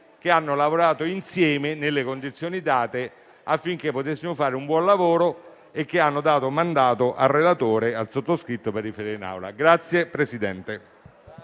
Grazie, Presidente.